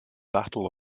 battle